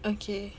okay